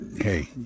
hey